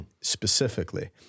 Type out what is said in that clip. Specifically